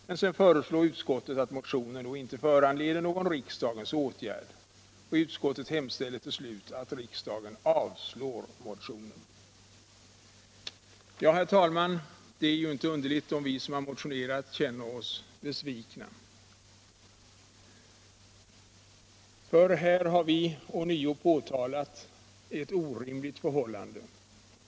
Men sedan föreslår utskottet att motionen inte skall föranleda någon riksdagens åtgärd och hemställer till slut att riksdagen avslår motionen. Herr talman! Det är inte underligt om vi som har motionerat känner oss besvikna. Vi har ånyo påtalat ett orimligt förhållande.